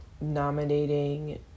nominating